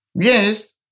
Yes